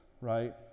right